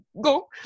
go